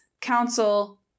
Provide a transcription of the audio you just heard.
council